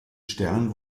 stern